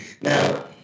Now